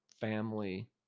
family